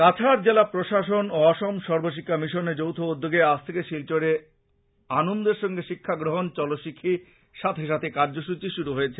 কাছাড় জেলা প্রশাসন ও অসম সর্বশিক্ষা মিশনের যৌথ উদ্যোগে আজ থেকে শিলচরে আনন্দের সঙ্গে শিক্ষাগ্রহন চলো শিখি সাথে সাথে কার্য্যসূচী শুরু হয়েছে